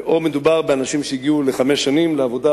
או מדובר באנשים שהגיעו לחמש שנים לעבודה